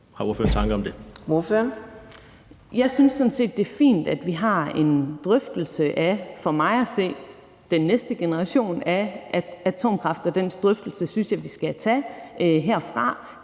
(V): Jeg synes sådan set, det er fint, at vi har en drøftelse af den næste generation af atomkraft, og den drøftelse synes jeg vi skal tage herfra.